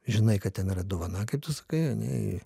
žinai kad ten yra dovana kaip tu sakai ane ir